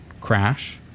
crash